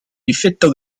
difetto